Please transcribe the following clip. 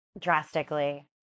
drastically